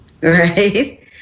right